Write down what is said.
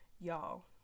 Y'all